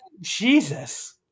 Jesus